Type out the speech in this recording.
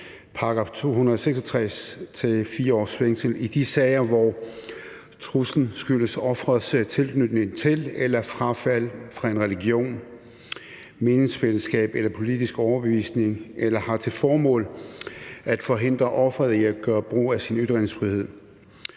§ 266 til 4 års fængsel i de sager, hvor truslen skyldes offerets tilknytning til eller frafald fra en religion, et meningsfællesskab eller politisk overbevisning eller har til formål at forhindre offeret i at gøre brug af sin ytringsfrihed.